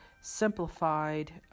simplified